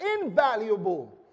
invaluable